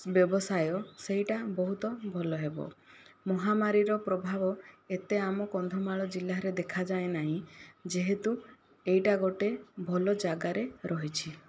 ବ୍ୟବସାୟ ସେହିଟା ବହୁତ ଭଲ ହେବ ମହାମାରୀର ପ୍ରଭାବ ଏତେ ଆମ କନ୍ଧମାଳ ଜିଲ୍ଲାରେ ଦେଖାଯାଏ ନାହିଁ ଯେହେତୁ ଏହିଟା ଗୋଟିଏ ଭଲ ଯାଗାରେ ରହିଛି